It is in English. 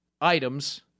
items